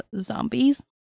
zombies